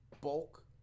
bulk